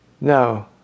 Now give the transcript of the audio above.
No